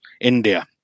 India